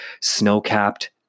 snow-capped